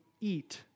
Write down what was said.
eat